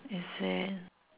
is it